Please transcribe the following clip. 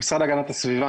המשרד להגנת הסביבה,